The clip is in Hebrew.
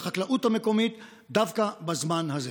את החקלאות המקומית דווקא בזמן הזה.